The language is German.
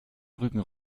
rücken